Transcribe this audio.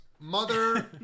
Mother